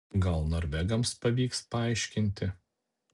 gal norvegams pavyks paaiškinti